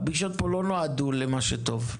הפגישות פה לא נועדו למה שטוב,